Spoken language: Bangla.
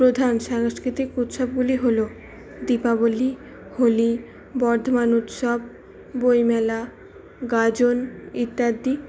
প্রধান সাংস্কৃতিক উৎসবগুলি হলো দীপাবলী হোলি বর্ধমান উৎসব বইমেলা গাজন ইত্যাদি